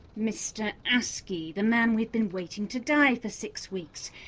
mr. askey. the man we've been waiting to die for six weeks.